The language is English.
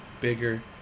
bigger